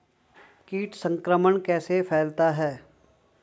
कीट संक्रमण कैसे फैलता है?